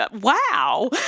Wow